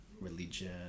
religion